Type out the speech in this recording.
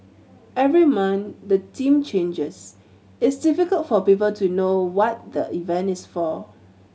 every month the theme changes it's difficult for people to know what the event is for